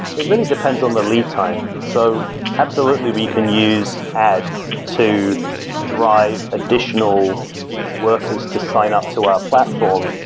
it really depends on the lead time. so absolutely, we can use ads to drive additional workers to sign up to our platform.